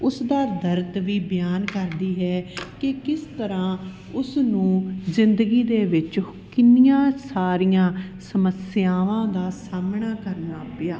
ਉਸਦਾ ਦਰਦ ਵੀ ਬਿਆਨ ਕਰਦੀ ਹੈ ਕਿ ਕਿਸ ਤਰ੍ਹਾਂ ਉਸ ਨੂੰ ਜ਼ਿੰਦਗੀ ਦੇ ਵਿੱਚ ਕਿੰਨੀਆਂ ਸਾਰੀਆਂ ਸਮੱਸਿਆਵਾਂ ਦਾ ਸਾਹਮਣਾ ਕਰਨਾ ਪਿਆ